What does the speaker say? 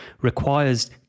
requires